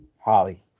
Holly